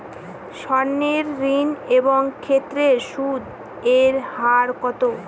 সর্ণ ঋণ এর ক্ষেত্রে সুদ এর হার কত?